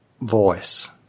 voice